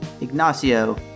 Ignacio